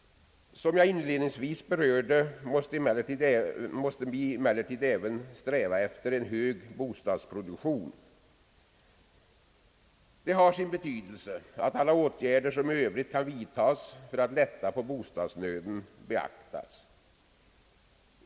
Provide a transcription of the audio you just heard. Som jag inledningsvis berörde, måste vi emellertid även sträva efter en hög bostadsproduktion. Det har sin betydelse att alla åtgärder, som i övrigt kan vidtas för att lätta på bostadsnöden, beaktas.